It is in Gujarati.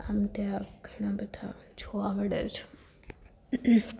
આમ ત્યાં ઘણા બધા જોવા મળે છે